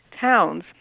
towns